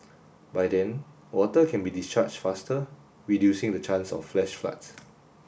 by then water can be discharged faster reducing the chance of flash floods